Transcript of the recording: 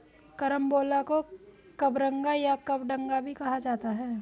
carambola को कबरंगा या कबडंगा भी कहा जाता है